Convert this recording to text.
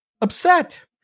upset